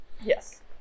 Yes